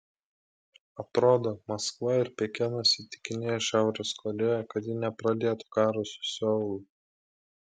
atrodo maskva ir pekinas įtikinėja šiaurės korėją kad ji nepradėtų karo su seulu